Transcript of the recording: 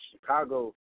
Chicago